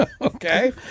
okay